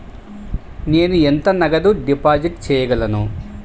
నేను ఎంత నగదు డిపాజిట్ చేయగలను?